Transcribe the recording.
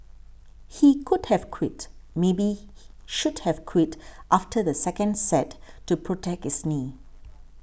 he could have quit maybe should have quit after the second set to protect his knee